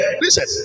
Listen